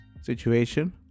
situation